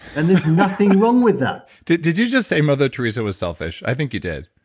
and there's nothing wrong with that did did you just say mother theresa was selfish? i think you did